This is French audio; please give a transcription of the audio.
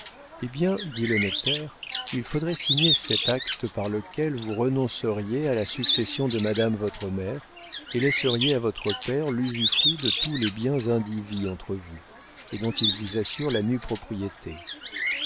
eh bien dit le notaire il faudrait signer cet acte par lequel vous renonceriez à la succession de madame votre mère et laisseriez à votre père l'usufruit de tous les biens indivis entre vous et dont il vous assure la nue propriété